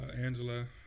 Angela